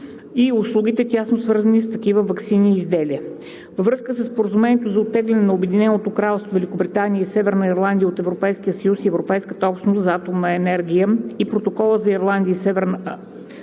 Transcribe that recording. и услугите, тясно свързани с такива ваксини и изделия. Във връзка със Споразумението за оттегляне на Обединеното кралство Великобритания и Северна Ирландия от Европейския съюз и Европейската общност за атомна енергия и Протокола за Ирландия и Северна